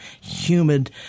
humid